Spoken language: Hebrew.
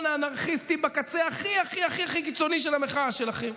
האנרכיסטים בקצה הכי הכי קיצוני של המחאה שלכם,